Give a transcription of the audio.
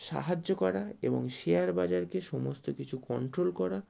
সাহায্য করা এবং শেয়ার বাজারকে সমস্ত কিছু কন্ট্রোল করা